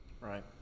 Right